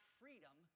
freedom